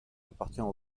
appartient